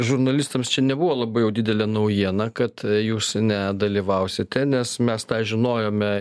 žurnalistams čia nebuvo labai jau didelė naujiena kad jūs nedalyvausite nes mes tą žinojome